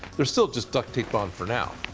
they're still just duct taped on for now.